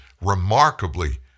remarkably